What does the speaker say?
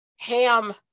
Ham